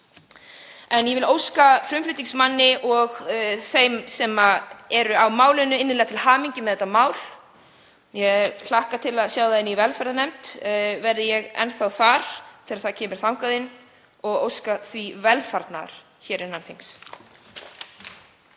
Ég vil óska flutningsmanni og þeim sem eru á málinu innilega til hamingju með málið. Ég hlakka til að sjá það í velferðarnefnd verði ég enn þar þegar það kemur þangað inn og óska því velfarnaðar hér innan þings.